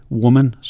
woman